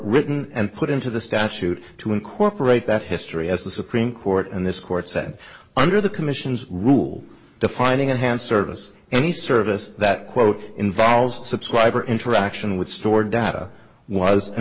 written and put into the statute to incorporate that history as the supreme court and this court said under the commission's rule defining a hand service any service that quote involves subscriber interaction with stored data was an